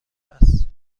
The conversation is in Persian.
است